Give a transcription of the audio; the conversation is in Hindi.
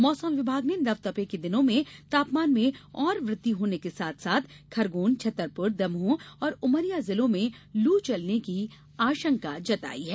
मौसम विभाग ने नवतपे के दिनों में तापमान में और वृद्धि होने के साथ साथ खरगोन छतरपुर दमोह और उमरिया जिलों में लू चलने की आंशका जताई है